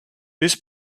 this